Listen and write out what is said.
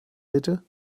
mitte